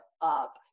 up